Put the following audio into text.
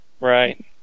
Right